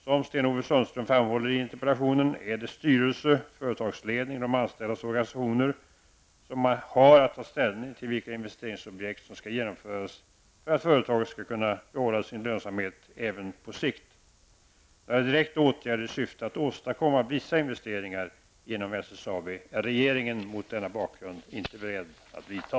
Som Sten-Ove Sundström framhåller i interpellationen är det styrelse, företagsledning och de anställdas organisationer som har att ta ställning till vilka investeringsobjekt som skall genomföras för att företaget skall kunna behålla sin lönsamhet även på sikt. Några direkta åtgärder i syfte att åstadkomma vissa investeringar inom SSAB är regeringen mot denna bakgrund inte beredd att vidta.